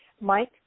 Mike